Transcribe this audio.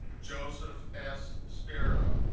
joseph s spira